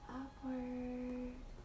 upward